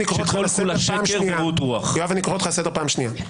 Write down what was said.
אני קורא אותך לסדר פעם שנייה.